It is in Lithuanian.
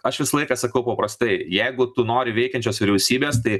aš visą laiką sakau paprastai jeigu tu nori veikiančios vyriausybės tai